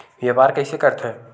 व्यापार कइसे करथे?